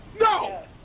No